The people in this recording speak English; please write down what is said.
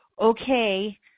okay